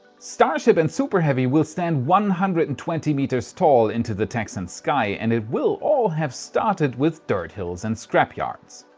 starship and super heavy will stand one hundred and twenty meters tall into the texan sky, and it will all have started with dirt hills and scrap yards.